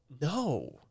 No